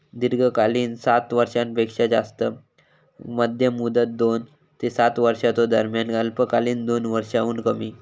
दीर्घकालीन सात वर्षांपेक्षो जास्त, मध्यम मुदत दोन ते सात वर्षांच्यो दरम्यान, अल्पकालीन दोन वर्षांहुन कमी